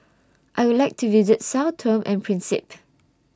I Would like to visit Sao Tome and Principe